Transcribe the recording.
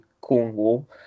Cornwall